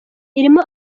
irimo